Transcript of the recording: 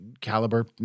Caliber